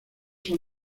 son